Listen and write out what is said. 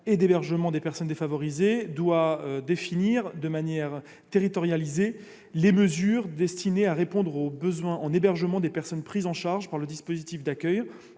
et l'hébergement des personnes défavorisées doit définir, de manière territorialisée, les mesures destinées à répondre aux besoins en logement et en hébergement des personnes prises en charge par le dispositif d'accueil,